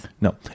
No